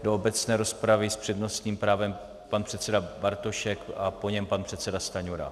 Do obecné rozpravy s přednostním právem pan předseda Bartošek a po něm pan předseda Stanjura.